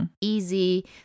easy